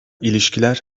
ilişkiler